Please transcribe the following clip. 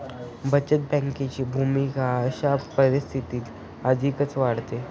बचत बँकेची भूमिका अशा परिस्थितीत अधिकच वाढते